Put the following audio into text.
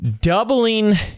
doubling